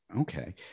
Okay